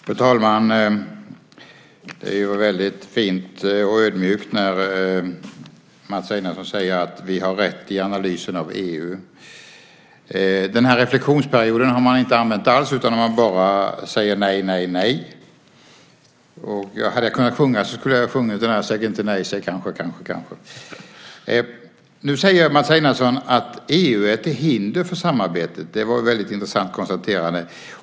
Fru talman! Det var väldigt fint och ödmjukt när Mats Einarsson sade att vi har rätt i analysen av EU. Den här reflexionsperioden har man inte använt alls, utan man säger bara nej. Hade jag kunnat sjunga skulle jag ha sjungit den här: Säg inte nej, säg kanske, kanske, kanske. Nu säger Mats Einarsson att EU är ett hinder för samarbetet. Det var ett väldigt intressant konstaterande.